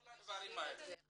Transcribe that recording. כל הדברים האלה.